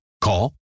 Call